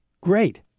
great